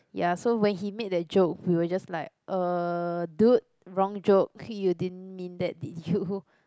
ya so when he made that joke we were just like uh dude wrong joke you didn't mean that did you